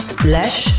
slash